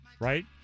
right